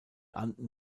anden